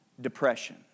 depression